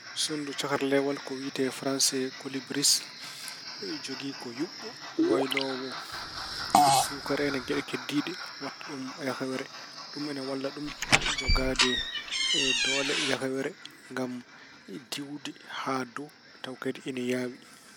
Sonndu cakarleewal ko wiyetee e Farayse kolibiris, jogii ko yuɓɓo walloowo suukara en e geɗe keddiiɗe waɗta ɗum yakawere. Ɗum ina walla ɗum jogaade doole yakawere ngam diwde haa dow tawa kadi ina yaawi.